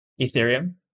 Ethereum